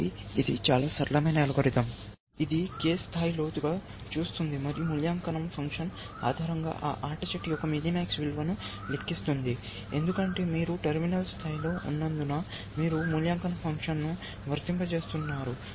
కాబట్టి ఇది చాలా సరళమైన అల్గోరిథం ఇది k స్థాయి లోతుగా చూస్తుంది మరియు మూల్యాంకనం ఫంక్షన్ ఆధారంగా ఆ ఆట యొక్క మినిమాక్స్ విలువను లెక్కిస్తుంది ఎందుకంటే మీరు టెర్మినల్ స్థాయిలో ఉన్నందున మీరు మూల్యాంకన ఫంక్షన్ను వర్తింపజేస్తున్నారు